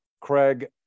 Craig